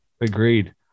Agreed